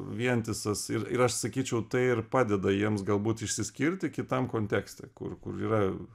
vientisas ir ir aš sakyčiau tai ir padeda jiems galbūt išsiskirti kitam kontekste kur kur yra